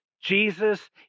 Jesus